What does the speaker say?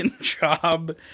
job